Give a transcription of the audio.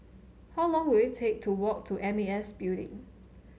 how long will it take to walk to M A S Building